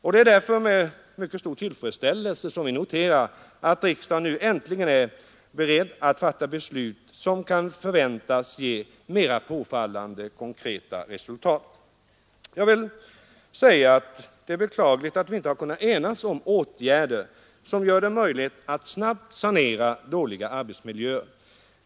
Vi noterar därför med mycket stor tillfredsställelse att riksdagen nu äntligen är beredd att fatta beslut som kan förväntas ge mera påfallande konkreta resultat. Det är dock beklagligt att vi inte har kunnat enas om åtgärder som gör det möjligt att snabbt sanera dåliga arbetsmiljöer.